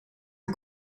een